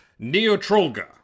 Neotrolga